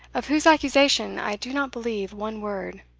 of whose accusation i do not believe one word.